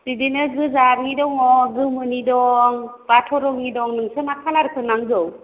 बिदिनो गोजानि दङ गोमोनि दं बाथ' रंनि दं नोंसो मा खालारखौ नांगौ